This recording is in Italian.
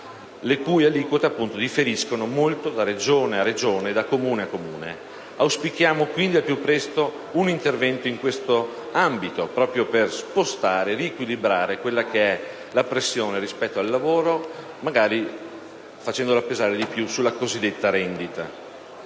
le cui aliquote differiscono molto da Regione a Regione e da Comune a Comune. Auspichiamo quindi al più presto un intervento in questo ambito, proprio per spostare e riequilibrare la pressione fiscale rispetto al lavoro, magari facendola pesare maggiormente sulla cosiddetta rendita.